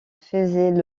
faisaient